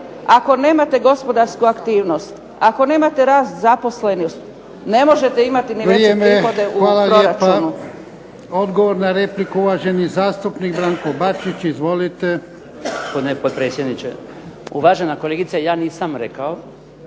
Ako nemate gospodarsku aktivnost, ako nemate rast zaposlenosti, ne možete imati ni veće prihode u proračunu.